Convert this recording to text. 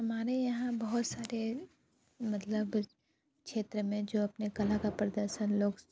हमारे यहाँ बहुत सारे मतलब क्षेत्र में जो अपने कला का प्रदर्शन लोग